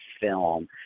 film